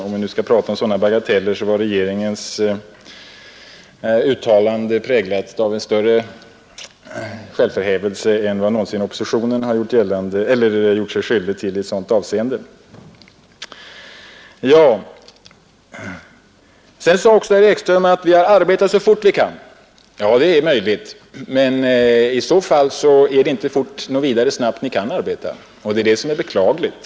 Om vi nu skall prata om sådana bagateller, var regeringens uttalande präglat av större självförhävelse än vad oppositionen någonsin har gjort sig skyldig till i ett sådant avseende. Herr Ekström påstod också att utskottet har arbetat så fort det har kunnat. Det är möjligt, men i så fall kan ni inte arbeta något vidare snabbt, vilket är beklagligt.